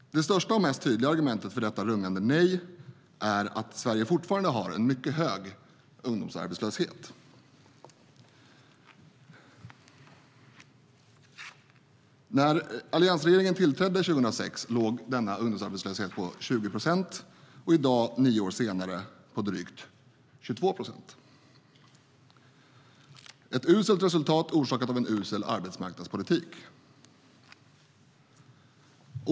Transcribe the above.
Det största och mest tydliga argumentet för detta rungande nej är att Sverige fortfarande har en mycket hög ungdomsarbetslöshet. När alliansregeringen tillträdde 2006 låg denna ungdomsarbetslöshet på 20 procent. I dag, nio år senare, är den drygt 22 procent. Det är ett uselt resultat orsakat av en usel arbetsmarknadspolitik.